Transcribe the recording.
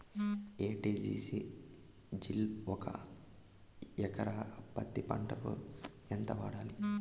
ఎ.టి.జి.సి జిల్ ఒక ఎకరా పత్తి పంటకు ఎంత వాడాలి?